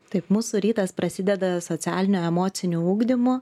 taip mūsų rytas prasideda socialiniu emociniu ugdymu